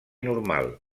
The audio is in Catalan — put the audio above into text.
normal